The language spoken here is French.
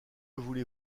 voulez